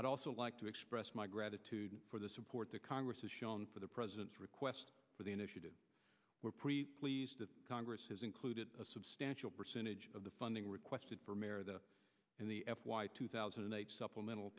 i'd also like to express my gratitude for the support the congress has shown for the president's request for the initiative we're pre congress has included a substantial percentage of the funding requested and the f y two thousand and eight supplemental